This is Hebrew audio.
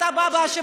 אתה בא בהאשמות.